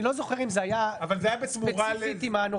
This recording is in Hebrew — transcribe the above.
אני לא זוכר אם זה היה ספציפית עם "הנורבגי",